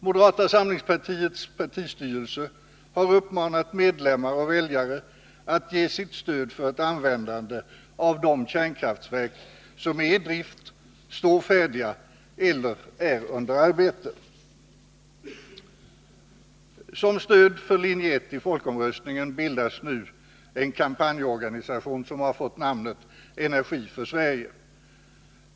Moderata samlingspartiets partistyrelse har uppmanat medlemmar och väljare att ge sitt stöd för ett användande av de kärnkraftverk som är i drift, står färdiga eller är under arbete. Som stöd för linje ett i folkomröstningen bildas nu en kampanjorganisation som har fått namnet Energi för Sverige.